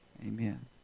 Amen